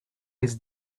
his